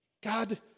God